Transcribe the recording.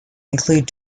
include